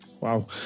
Wow